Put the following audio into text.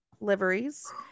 liveries